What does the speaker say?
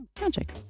magic